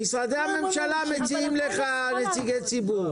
אבל משרדי הממשלה מציעים לך נציגי ציבור.